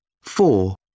Four